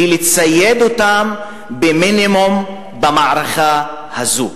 בלי לצייד אותם במינימום במערכה הזו.